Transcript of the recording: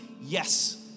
yes